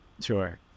Sure